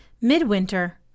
Midwinter